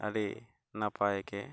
ᱟᱹᱰᱤ ᱱᱟᱯᱟᱭ ᱜᱮ